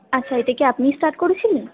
আচ্ছা এটা কি আপনিই স্টার্ট করেছিলেন